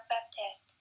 Baptist